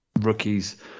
rookies